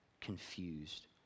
confused